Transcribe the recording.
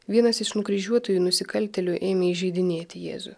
vienas iš nukryžiuotųjų nusikaltėlių ėmė įžeidinėti jėzų